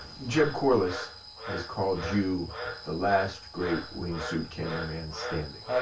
jeb corliss has called you the last great wingsuit cameraman standing.